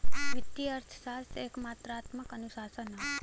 वित्तीय अर्थशास्त्र एक मात्रात्मक अनुशासन हौ